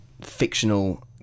fictional